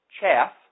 chaff